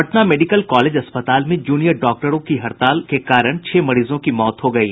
Patna medical college अस्पताल में junior डॉक्टरों के हड़ताल पर चले जाने के कारण छह मरीजों की मौत हो गयी